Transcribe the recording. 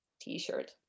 t-shirt